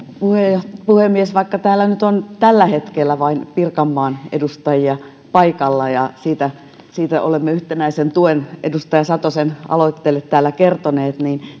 puhemies puhemies vaikka täällä nyt on tällä hetkellä vain pirkanmaan edustajia paikalla ja olemme yhtenäisen tuen edustaja satosen aloitteelle täällä kertoneet niin